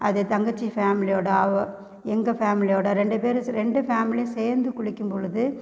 அது தங்கச்சி ஃபேம்லியோடு அவள் எங்கள் ஃபேம்லியோடு ரெண்டு பேரும் ரெண்டு ஃபேம்லியும் சேர்ந்து குளிக்கும் பொழுது